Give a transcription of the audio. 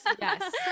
Yes